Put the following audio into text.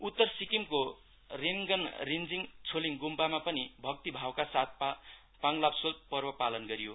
उत्तर सिक्किमको रेनगन रिश्नीङ छोलिङ गुम्पामा पनि भक्तिभावका साथ पाङलाबसोल पर्व पालन गरियो